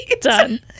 done